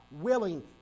willing